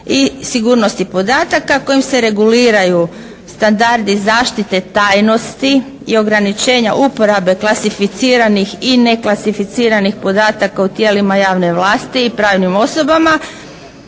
i sigurnosti podataka, kojim se reguliraju standardi zaštite tajnosti i ograničenja uporebe klasificiranih i neklasificiranih podataka u tijelima javne vlasti i pravnim osobama